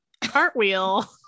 cartwheel